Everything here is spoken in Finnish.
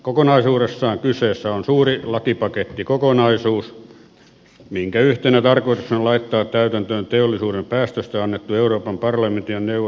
kokonaisuudessaan kyseessä on suuri lakipakettikokonaisuus minkä yhtenä tarkoituksena on laittaa täytäntöön teollisuuden päästöistä annettu euroopan parlamentin ja neuvoston direktiivi